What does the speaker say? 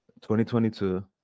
2022